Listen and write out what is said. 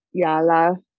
Yala